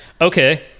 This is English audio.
Okay